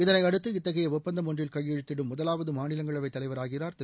இதனளையடுத்து இத்தகைய இடப்பந்தம் ஒன்றில் கையெழுத்திடும் முதலாவது மாநிலங்களவைத் தலைவர் ஆகிறார் திரு